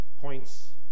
points